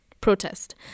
protest